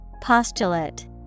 Postulate